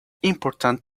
important